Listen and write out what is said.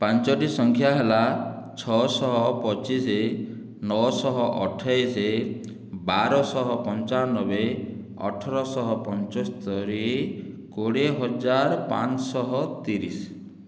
ପାଞ୍ଚଟି ସଂଖ୍ୟା ହେଲା ଛଅଶହ ପଚିଶ ନଅଶହ ଅଠେଇଶ ବାରଶହ ପଞ୍ଚାନବେ ଅଠରଶହ ପଞ୍ଚସ୍ତରି କୋଡ଼ିଏହଜାର ପାଞ୍ଚଶହ ତିରିଶ